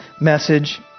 message